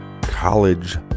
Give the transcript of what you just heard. college